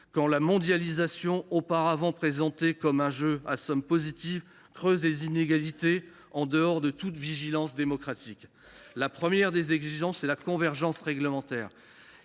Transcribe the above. quand la mondialisation, auparavant présentée comme un jeu à somme positive, creuse les inégalités, faute de vigilance démocratique. La première des exigences est la convergence réglementaire.